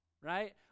right